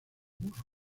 musgos